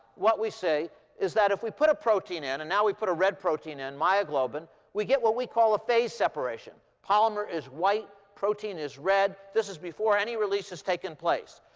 what we see is that if we put a protein in and now we put a red protein in, myoglobin we get what we call a phase separation. polymer is white. protein is red. this is before any release has taken place.